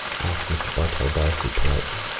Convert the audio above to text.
asked mr. bartell d'arcy politely.